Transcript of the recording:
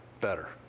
better